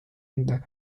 enda